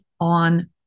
on